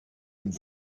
and